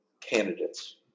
candidates